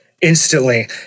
instantly